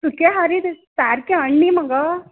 सुकें हारें तें सारकें हाण्णी मगो